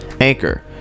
Anchor